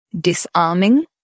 disarming